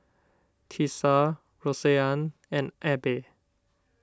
Tisa Roseann and Abbey